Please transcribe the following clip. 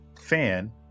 fan